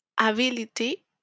ability